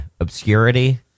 obscurity